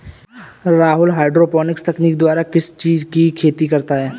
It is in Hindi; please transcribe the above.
राहुल हाईड्रोपोनिक्स तकनीक द्वारा किस चीज की खेती करता है?